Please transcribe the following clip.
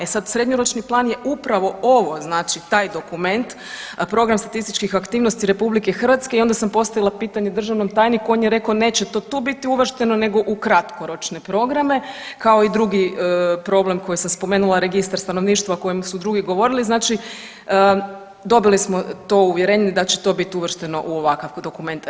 E sad, srednjoročni plan je upravo ovo znači taj dokument, program statističkih aktivnosti RH i onda sam postavila pitanje državnom tajniku, on je rekao neće to tu biti uvršteno nego u kratkoročne programe kao i drugi problem koji sam spomenula registar stanovništva o kojem su drugi govorili, znači dobili smo to uvjerenje da će to bit uvršteno u ovakav dokument.